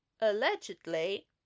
allegedly